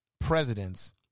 presidents